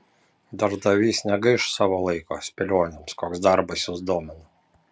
darbdavys negaiš savo laiko spėlionėms koks darbas jus domina